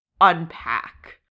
unpack